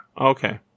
okay